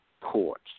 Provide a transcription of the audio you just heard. courts